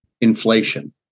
inflation